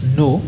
no